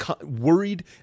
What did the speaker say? worried